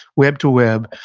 web-to-web,